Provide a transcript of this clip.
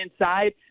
inside